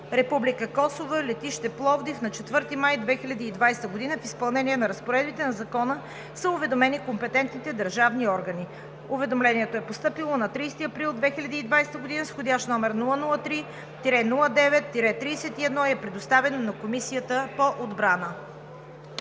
Република Косово – летище Пловдив, на 4 май 2020 г. В изпълнение на разпоредбите на Закона са уведомени компетентните държавни органи. Уведомлението е постъпило на 30 април 2020 г., с вх. № 003 09-31 и е предоставено на Комисията по отбрана.